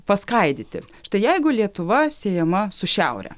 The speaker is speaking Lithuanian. paskaidyti štai jeigu lietuva siejama su šiaure